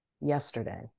yesterday